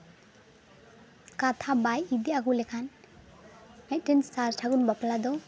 ᱠᱟᱛᱷᱟ ᱵᱟᱭ ᱤᱫᱤ ᱟᱹᱜᱩ ᱞᱮᱠᱷᱟᱱ ᱢᱤᱫᱴᱮᱱ ᱥᱟᱨᱼᱥᱟᱹᱜᱩᱱ ᱵᱟᱯᱞᱟ ᱫᱚ